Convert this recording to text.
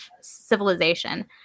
civilization